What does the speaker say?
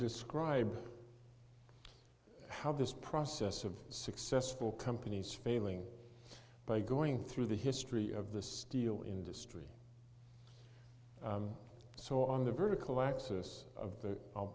describe how this process of successful companies failing by going through the history of the steel industry so on the vertical axis of the